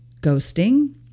ghosting